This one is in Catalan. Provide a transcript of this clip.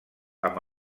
amb